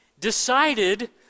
decided